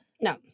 No